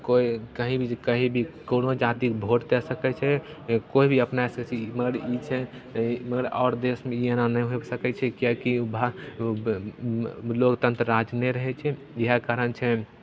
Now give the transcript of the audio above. कोइ कहीँ भी जे कहीँ भी कोनो जातिके भोट करि सकै छै कोइ भी अपनासभ एमहर ई छै एमहर आओर देशमे ई एना नहि होइ सकै छै किएकि भा लोकतन्त्र राज्य नहि रहै छै इएह कारण छै